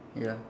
ya